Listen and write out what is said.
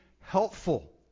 helpful